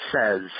says